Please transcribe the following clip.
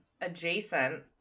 adjacent